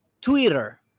Twitter